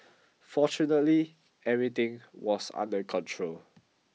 fortunately everything was under control